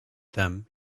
them